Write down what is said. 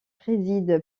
préside